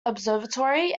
observatory